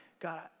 God